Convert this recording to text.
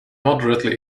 moderately